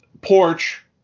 porch